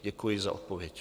Děkuji za odpověď.